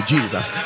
Jesus